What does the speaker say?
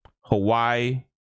Hawaii